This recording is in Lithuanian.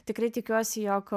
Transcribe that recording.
tikrai tikiuosi jog